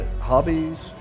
hobbies